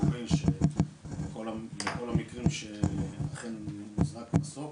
אומרים שכל המקרים שאכן מוזנק מסוק,